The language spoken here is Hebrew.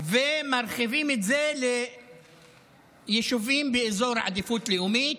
ומרחיבים את זה ליישובים באזור עדיפות לאומית.